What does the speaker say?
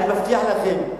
אני מבטיח לכם,